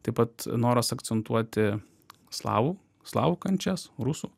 taip pat noras akcentuoti slavų slavų kančias rusų